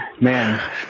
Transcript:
Man